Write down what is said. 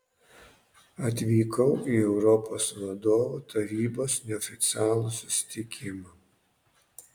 atvykau į europos vadovų tarybos neoficialų susitikimą